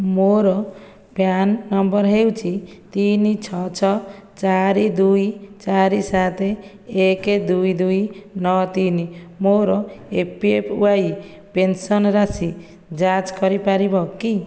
ମୋର PAN number ହେଉଛି ତିନି ଛଅ ଛଅ ଚାରି ଦୁଇ ଚାରି ସାତ ଏକ ଦୁଇ ଦୁଇ ନଅ ତିନି ମୋର ଏ ପି ୱାଇ ପେନ୍ସନ୍ ରାଶି ଯାଞ୍ଚ କରିପାରିବ କି